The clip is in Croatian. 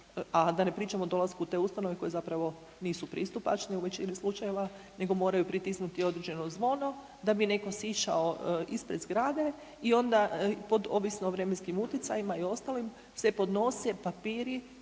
a da ne pričam o dolasku u te ustanove koje zapravo nisu pristupačni u većini slučajeva nego moraju pritisnuti određeno zvono da bi netko sišao ispred zgrade i onda pod ovisno o vremenskim utjecajima i ostalim se podnose papiri